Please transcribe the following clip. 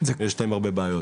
ויש בהם הרבה בעיות.